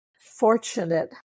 fortunate